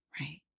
right